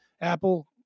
Apple